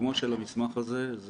סיכומו של המסמך הזה הוא